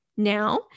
Now